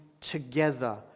together